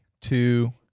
two